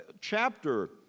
chapter